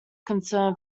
concern